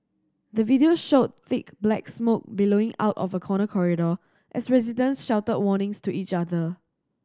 the video showed thick black smoke billowing out of a corner corridor as residents shouted warnings to each other